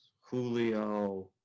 Julio